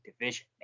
Division